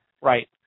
Right